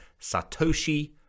Satoshi